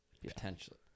Potentially